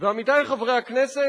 ועמיתי חברי הכנסת,